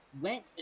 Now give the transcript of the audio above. went